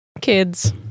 Kids